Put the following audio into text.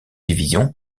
division